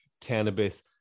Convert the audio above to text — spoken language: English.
cannabis